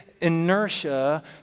inertia